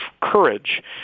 Courage